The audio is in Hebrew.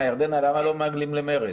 למה לא מעגלים למרצ?